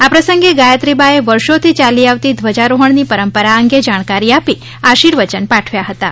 આ પ્રસંગે ગાયત્રીબાએ વર્ષોથી ચાલી આવતી ધ્વજારોહણની પરંપરા અંગે જાણકારી આપી આશિવર્ચન પાઠવ્યા હતાં